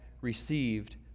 received